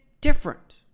different